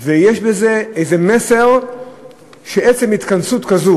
יש בזה איזה מסר שעצם התכנסות כזאת